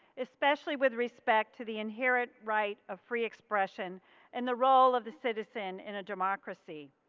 especially with respect to the inherent right of free expression and the role of the citizen in a democracy.